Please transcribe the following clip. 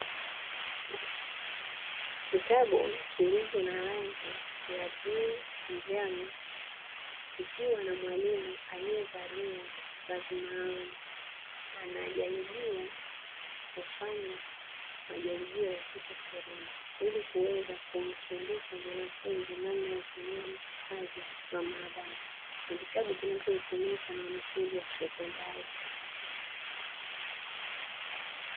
Kitabu kilicho na rangi ya bluu, njano kikiwa na mwalimu aliyevalia vazi maalumu, anajaribia kufanya majaribio ya kitu fulani ili kuweza kumfundisha mwanafunzi namna ya ufanyaji kazi katika maabara, ni kitabu kinachotumika na wanafunzi wa sekondari.